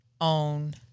own